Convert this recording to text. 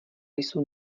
jsou